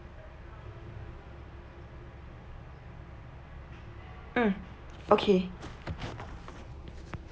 mm okay